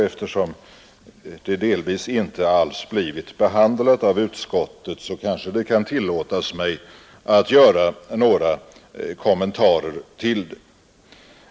Fftersom det delvis inte alls blir behandlat av utskottet kanske det kan tillåtas mig att göra några kommentarer till det.